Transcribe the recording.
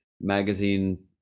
magazine